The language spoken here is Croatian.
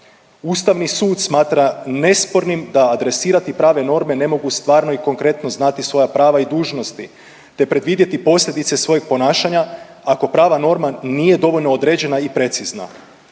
Ustavni sud smatra nespornim da adresirati prave norme ne mogu stvarno i konkretno znati svoja prava i dužnosti te predvidjeti posljedice svojeg ponašanja ako prava norma nije dovoljno određena i precizna.